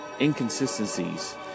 inconsistencies